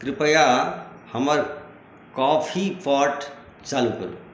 कृपया हमर coffee pot चालू करू